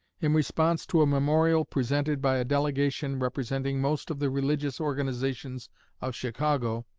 in response to a memorial presented by a delegation representing most of the religious organizations of chicago,